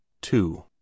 Two